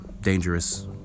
dangerous